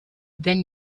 then